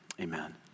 amen